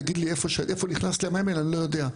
תגיד לי איפה נכנס המים האלה אני לא יודע.